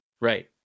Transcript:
right